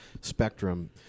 spectrum